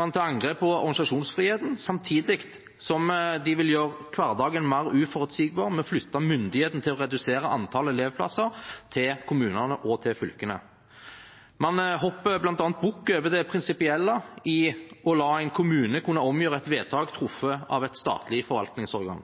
man til angrep på organisasjonsfriheten, samtidig som man vil gjøre hverdagen mer uforutsigbar ved å flytte myndigheten til å redusere antall elevplasser til kommunene og fylkene. Man hopper bl.a. bukk over det prinsipielle i å la en kommune kunne omgjøre et vedtak truffet av et statlig forvaltningsorgan.